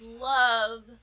love